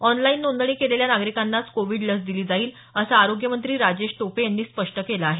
online नोंदणी केलेल्या नागरिकांनाच कोविड लस दिली जाईल असं आरोग्य मंत्री राजेश टोपे यांनी स्पष्ट केलं आहे